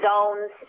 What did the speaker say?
Zones